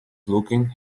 looking